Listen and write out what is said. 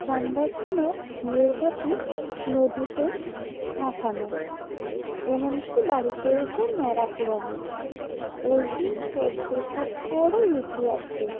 সন্ধ্যার সময় ঘিয়ের বাতি নদীতে ভাসানো এমনকি বাড়িতে এসে ন্যাড়া পড়ানো ওই দিন চোদ্দ শাক খাওয়ারও রীতি আছে